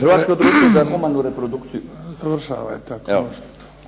Hrvatsko društvo za humanu reprodukciju